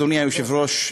אדוני היושב-ראש,